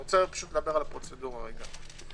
אני רוצה לדבר על הפרוצדורה רגע.